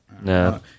No